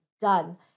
done